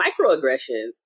microaggressions